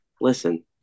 Listen